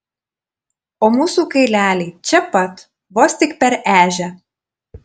o mūsų kaileliai čia pat vos tik per ežią